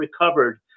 recovered